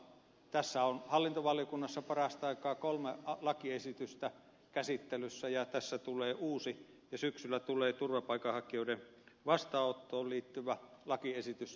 tässä on hallintovaliokunnassa parasta aikaa kolme lakiesitystä käsittelyssä ja tässä tulee uusi ja syksyllä tulee turvapaikanhakijoiden vastaanottoon liittyvä lakiesitys